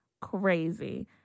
crazy